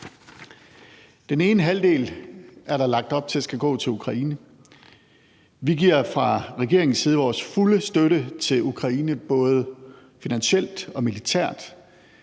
Den ene halvdel er der lagt op til skal gå til Ukraine. Vi giver fra regeringens side vores fulde støtte til Ukraine, både finansielt og militært.